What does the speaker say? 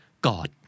God